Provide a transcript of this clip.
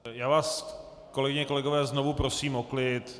Já vás, kolegyně a kolegové, znovu prosím o klid.